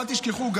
אל תשכחו,